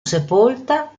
sepolta